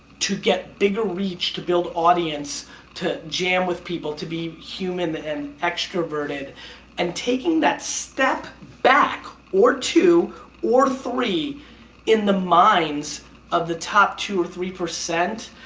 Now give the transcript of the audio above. to get bigger reach, to build audience to jam with people, to be human and extroverted and taking that step back or two or three in the minds of the top two or three percent